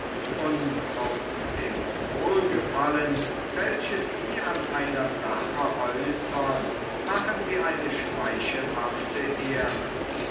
und aus dem wohlgefallen welches sie an einer sache äußern machen sie eine schmeichelhafte ehre